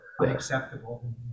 unacceptable